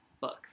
books